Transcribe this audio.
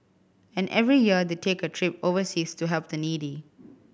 and every year they take a trip overseas to help the needy